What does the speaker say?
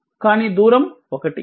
కానీ దూరం 1